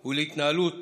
על התנהלות